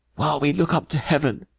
while we look up to heaven,